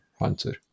hunter